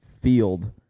field